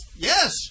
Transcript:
Yes